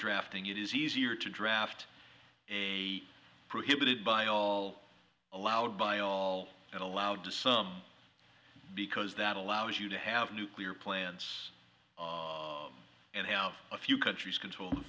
drafting it is easier to draft a prohibited by all allowed by all and allowed to some because that allows you to have nuclear plants and have a few countries control